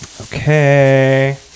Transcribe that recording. okay